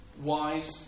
wise